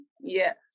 Yes